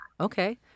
okay